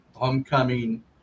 homecoming